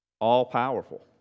all-powerful